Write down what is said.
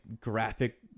graphic